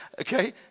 Okay